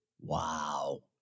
wow